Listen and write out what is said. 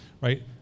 Right